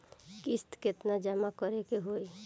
किस्त केतना जमा करे के होई?